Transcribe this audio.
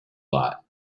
lot